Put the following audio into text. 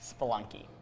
Spelunky